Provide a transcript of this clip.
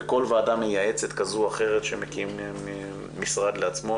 בכל ועדה מייעצת כזו או אחרת שמקים משרד לעצמו